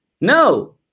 no